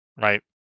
right